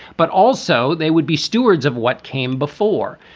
but also, they would be stewards of what came before.